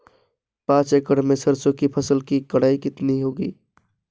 पांच एकड़ में सरसों की फसल की कटाई कितनी होगी?